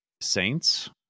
saints